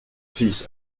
fils